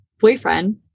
boyfriend